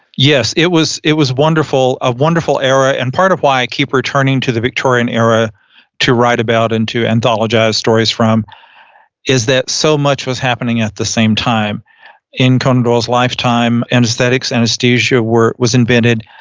yes, it was it was wonderful. a wonderful era. and part of why i keep returning to the victorian era to write about into anthologized stories from is that so much was happening at the same time in conan doyle's lifetime. anesthesia anesthesia was invented,